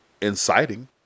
inciting